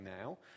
now